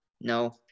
no